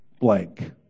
blank